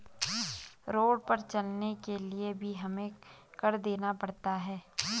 road पर चलने के लिए भी हमें कर देना पड़ता है